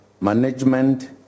management